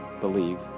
believe